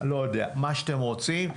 מה שאתם רוצים.